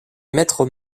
maîtres